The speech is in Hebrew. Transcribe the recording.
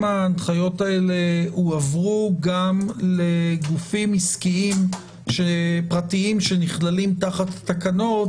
ההנחיות האלה הועברו גם לגופים עסקיים פרטיים שנכללים תחת התקנות